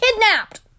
kidnapped